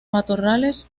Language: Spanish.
matorrales